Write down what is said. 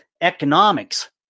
economics